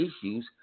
issues